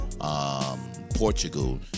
Portugal